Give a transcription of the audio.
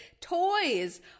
toys